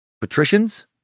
Patricians